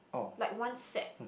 like one set